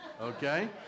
Okay